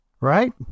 Right